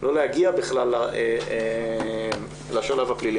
לא להגיע בכלל לשלב הפלילי.